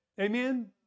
Amen